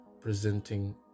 presenting